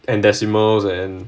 and decimals and